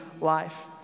life